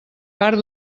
part